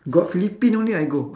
got philippine only I go